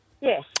Yes